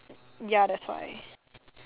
ya that's why